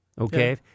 Okay